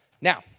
Now